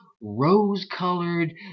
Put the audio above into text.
rose-colored